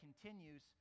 continues